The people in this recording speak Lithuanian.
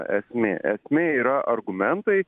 esmė esmė yra argumentai